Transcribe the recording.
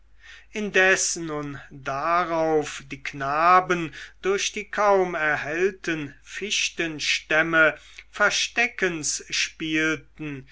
indes nun darauf die knaben durch die kaum erhellten fichtenstämme versteckens spielten